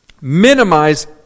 Minimize